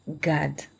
God